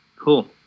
Cool